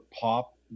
pop